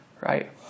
right